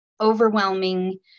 overwhelming